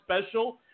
special